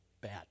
bad